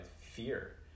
fear